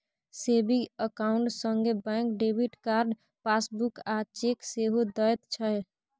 saving account संगे bank debit card, passbook आ cheque सेहो दैत छै